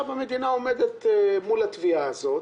המדינה עומדת מול התביעה הזאת